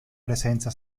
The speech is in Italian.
presenza